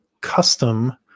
custom